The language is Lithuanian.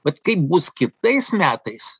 vat kaip bus kitais metais